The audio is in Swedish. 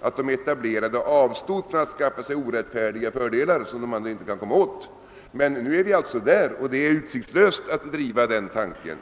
nämligen genom att de etablerade avstod från att skaffa sig orättfärdiga fördelar som de andra inte kan komma åt. Men nu är vi alltså där, och det är utsiktslöst att propagera för den tanken.